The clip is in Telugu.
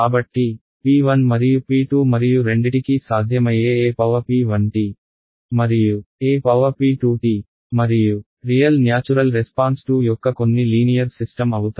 కాబట్టి p 1 మరియు p 2 మరియు రెండిటికీ సాధ్యమయ్యే ep 1 t మరియు e p 2 t మరియు రియల్ న్యాచురల్ రెస్పాన్స్ 2 యొక్క కొన్ని లీనియర్ సిస్టమ్ అవుతాయి